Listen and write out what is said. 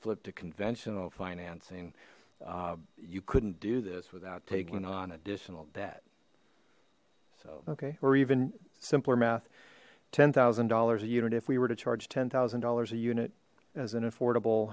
flip to conventional financing you couldn't do this without taking on additional debt okay or even simpler math ten thousand dollars a unit if we were to charge ten thousand dollars a unit as an affordable